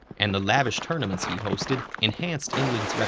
and the lavish tournaments he hosted enhanced